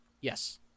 yes